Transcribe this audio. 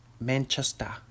Manchester